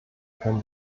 können